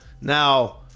Now